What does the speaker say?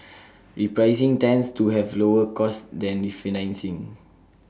repricing tends to have lower costs than refinancing